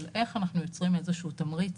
איך אנחנו יוצרים איזשהו תמריץ